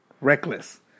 reckless